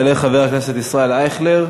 יעלה חבר הכנסת ישראל אייכלר,